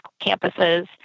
campuses